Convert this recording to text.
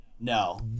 no